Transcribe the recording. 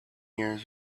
year